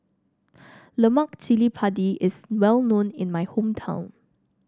Lemak Cili Padi is well known in my hometown